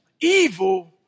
evil